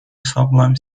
sublime